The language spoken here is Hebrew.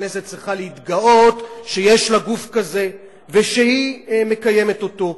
והכנסת צריכה להתגאות שיש לה גוף כזה ושהיא מקיימת אותו.